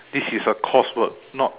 this is a course work not